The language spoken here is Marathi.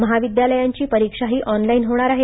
महाविद्यालयांची परीक्षाही ऑनलाइनच होणार आहे